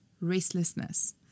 restlessness